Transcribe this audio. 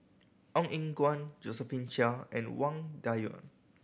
Ong Eng Guan Josephine Chia and Wang Dayuan